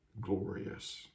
glorious